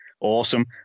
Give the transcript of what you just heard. awesome